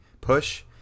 push